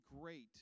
great